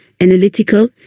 analytical